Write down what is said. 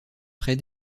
près